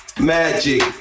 magic